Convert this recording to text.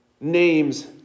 names